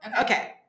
Okay